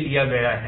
लिया गया है